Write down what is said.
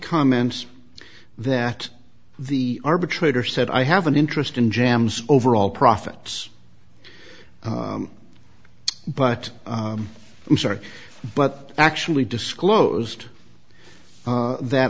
comments that the arbitrator said i have an interest in jams overall profits but i'm sorry but actually disclosed that